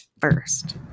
first